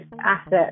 asset